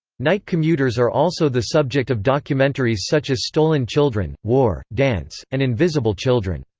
night commuters are also the subject of documentaries such as stolen children, war dance, and invisible children.